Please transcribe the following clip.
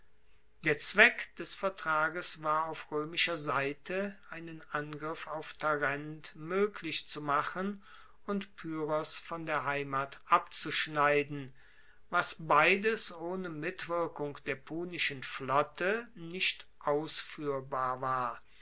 der zweck des vertrages war auf roemischer seite einen angriff auf tarent moeglich zu machen und pyrrhos von der heimat abzuschneiden was beides ohne mitwirkung der punischen flotte nicht ausfuehrbar war